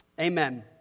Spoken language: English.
amen